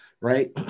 right